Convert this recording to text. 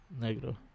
Negro